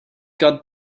got